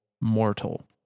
mortal